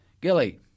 Gilly